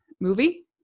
movie